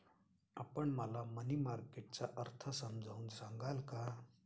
आपण मला money market चा अर्थ समजावून सांगाल का?